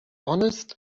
honest